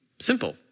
Simple